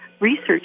research